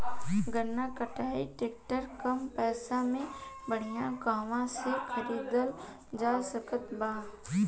गन्ना कटाई ट्रैक्टर कम पैसे में बढ़िया कहवा से खरिदल जा सकत बा?